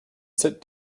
sit